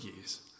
years